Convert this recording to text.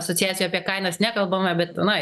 asociacija apie kainas nekalbame bet na